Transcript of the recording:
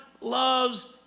loves